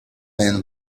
men